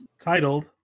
titled